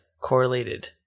correlated